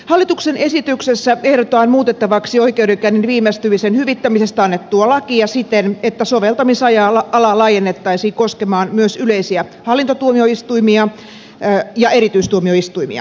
hallituksen esityksessä ehdotetaan muutettavaksi oikeudenkäynnin viivästymisen hyvittämisestä annettua lakia siten että soveltamisala laajennettaisiin koskemaan myös yleisiä hallintotuomioistuimia ja erityistuomioistuimia